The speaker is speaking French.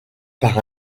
par